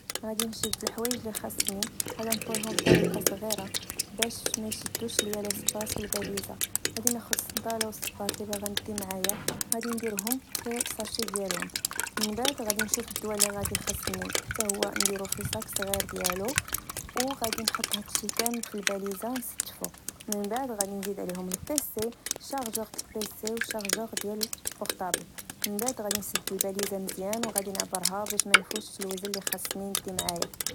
غدي نشد الحوايج لخسني، غدي نطويهم بطريقة صغيرة باش ميشدوش ليا لسباس في البليزة، غدي ناخد الصندالة والصباط لبغ ندي معايا غدي نديرهم في ساشي ديالهم، من بعد غدي نشوف دوا لغدي خاسني حتى هو نديرو في صاك صغير ديالو، وغدي نحط هاد الشي كامل في البليزة نستفو، من بعد غدي نزيد عليهم pc، شاغجوغ pc و شاغشوغ ديال البوغطابل ومن بعد غدي نسد الباليزة مزيان وغدي نعبرها باش منفوتش الوزن لخصني ندي معايا